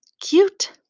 Cute